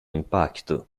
impacto